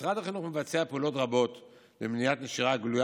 משרד החינוך מבצע פעולות רבות למניעת נשירה גלויה